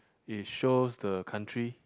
it shows the country